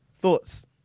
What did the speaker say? Thoughts